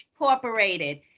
Incorporated